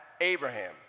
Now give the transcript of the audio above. Abraham